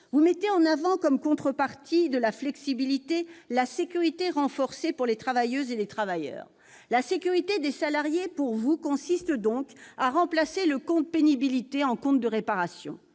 Vous mettez en avant, comme contrepartie de la flexibilité, une sécurité renforcée pour les travailleuses et les travailleurs. La sécurité des salariés, à vos yeux, consiste donc à remplacer le compte de prévention de la pénibilité par un compte de réparation.